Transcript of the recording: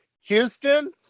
Houston